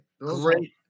Great